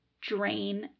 drain